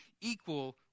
equal